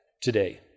today